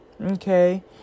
Okay